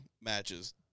matches